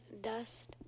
dust